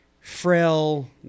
frail